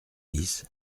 dix